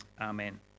Amen